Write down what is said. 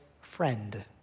friend